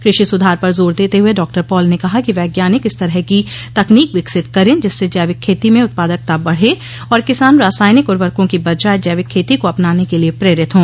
कृषि सुधार पर जोर देते हुए डॉ पॉल ने कहा कि वैज्ञानिक इस तरह की तकनीक विकसित करें जिससे जैविक खेती में उत्पादकता बढ़े और किसान रासायनिक उर्वरकों की बजाय जैविक खेती को अपनाने के लिए प्रेरित हों